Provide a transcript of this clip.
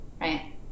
right